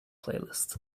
playlist